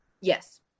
Yes